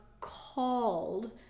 called